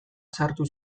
sartu